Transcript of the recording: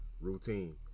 routine